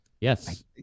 Yes